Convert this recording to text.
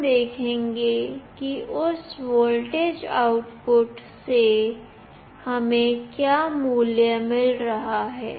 हम देखेंगे कि उस वोल्टेज आउटपुट से हमें क्या मूल्य मिल रहा है